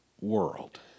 world